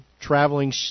traveling